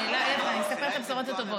אני מספרת את הבשורות הטובות.